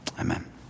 amen